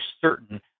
certain